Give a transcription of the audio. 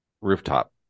rooftop